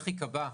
איך ייקבע,